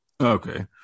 Okay